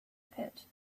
pit